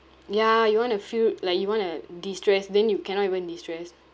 ya you want to feel like you want to de-stress then you cannot even de-stress